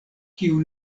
kiu